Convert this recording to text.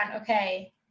okay